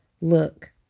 look